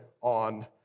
on